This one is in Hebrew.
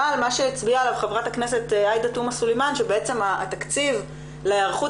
אבל מה שהצביע עליו ח"כ תומא סלימאן שבעצם התקציב להיערכות